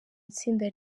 itsinda